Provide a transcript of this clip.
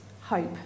hope